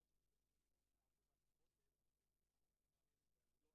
לסיכום ואני בטוחה שיהיה לאלי אלאלוף מה